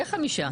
איך חמישה?